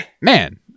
Man